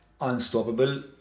unstoppable